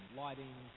lighting